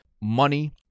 money